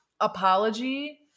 apology